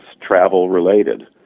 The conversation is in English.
travel-related